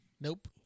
Nope